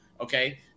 okay